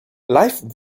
life